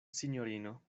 sinjorino